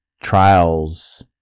trials